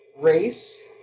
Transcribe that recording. race